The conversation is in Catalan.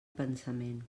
pensament